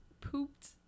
pooped